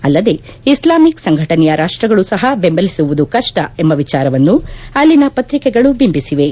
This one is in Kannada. ಅಲ್ಲದೆ ಇಸ್ಲಾಮಿಕ್ ಸಂಘಟನೆಯ ರಾಷ್ಲಗಳೂ ಸಹ ಬೆಂಬಲಿಸುವುದು ಕಷ್ಲ ಎಂಬ ವಿಚಾರವನ್ನು ಅಲ್ಲಿನ ಪತ್ರಿಕೆಗಳು ಬಿಂಬಿಸಿವೆ